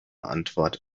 antwort